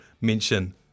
mention